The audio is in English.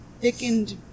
thickened